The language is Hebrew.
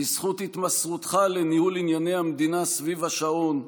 בזכות התמסרותך לניהול ענייני המדינה סביב השעון,